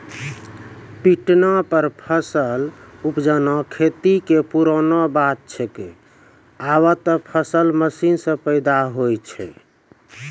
पिटना पर फसल उपजाना खेती कॅ पुरानो बात छैके, आबॅ त फसल मशीन सॅ पैदा होय छै